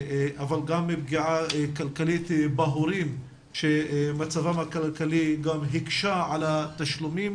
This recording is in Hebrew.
גם בפגיעה כלכלית בהורים שמצבם הכלכלי הקשה על התשלומים